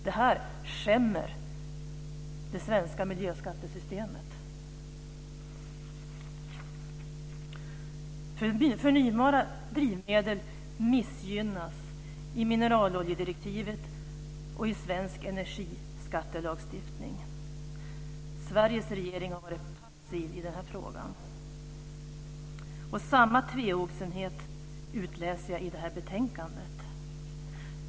Det här skämmer det svenska miljöskattesystemet. Förnybara drivmedel missgynnas i mineraloljedirektivet och i svensk energiskattelagstiftning. Sveriges regering har varit passiv i den här frågan. Samma tvehågsenhet utläser jag i det här betänkandet.